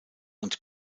und